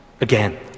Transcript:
Again